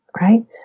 right